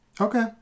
Okay